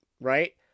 right